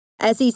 SEC